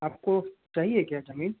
आप को चाहिए क्या ज़मीन